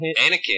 Anakin